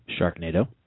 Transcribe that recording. Sharknado